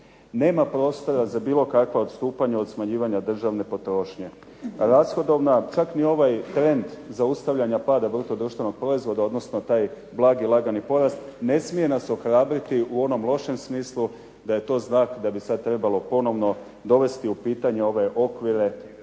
Nema prostora za bilo kakva odstupanja od smanjivanja državne potrošnje. Rashodovna, čak ni ovaj trend zaustavljanja pada bruto društvenog proizvoda, odnosno taj blagi lagani porast, ne smije nas ohrabriti u onom lošem smislu, da je to znak da bi sada trebalo ponovno dovesti u pitanje ove okvire smanjena